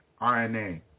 RNA